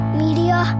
media